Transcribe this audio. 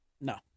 No